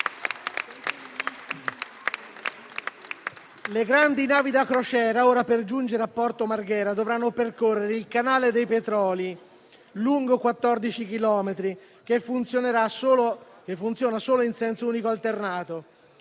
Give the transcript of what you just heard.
Le grandi navi da crociera per giungere a Porto Marghera, ora, dovranno percorrere il canale dei Petroli, lungo 14 chilometri, che funziona solo in senso unico alternato.